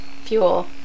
fuel